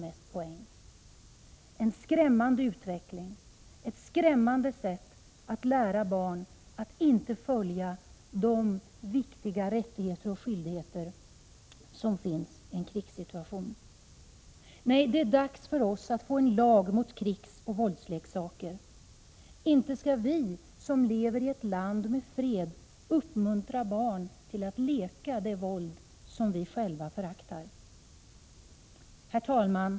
Detta är en skrämmande utveckling, ett skrämmande sätt att lära barn att inte följa de viktiga rättigheter och skyldigheter som gäller i en krigssituation. Nej, det är dags för oss att få en lag mot krigsoch våldsleksaker. Inte skall vi som lever i ett land med fred uppmuntra barn att leka det våld som vi själva föraktar. Herr talman!